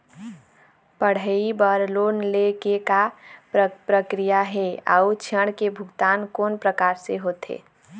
पढ़ई बर लोन ले के का प्रक्रिया हे, अउ ऋण के भुगतान कोन प्रकार से होथे?